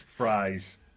fries